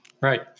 Right